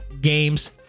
games